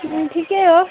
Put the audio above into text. ठिकै हो